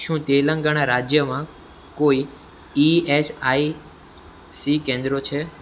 શું તેલંગણા રાજ્યમાં કોઈ ઇ એસ આઇ સી કેન્દ્રો છે